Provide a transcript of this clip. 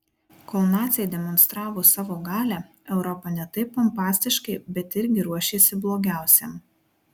kol naciai demonstravo savo galią europa ne taip pompastiškai bet irgi ruošėsi blogiausiam